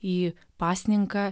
į pasninką